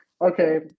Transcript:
Okay